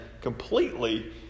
Completely